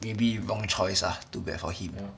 maybe wrong choice ah too bad for him you know